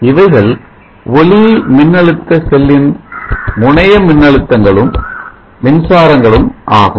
இவைகள் ஒளி மின்னழுத்த செல்லின் முன்னைய மின்னழுத்தங்களும் மின்சாரங்களும் ஆகும்